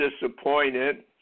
disappointed